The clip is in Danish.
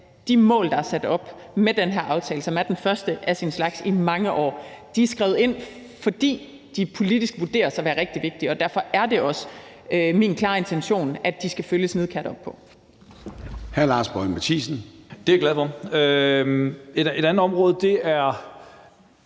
de mål, der er sat op med den her aftale, som er den første af sin slags i mange år, er skrevet ind, fordi de politisk vurderes at være rigtig vigtige. Og derfor er det også min klare intention, at der skal følges nidkært op på